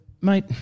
mate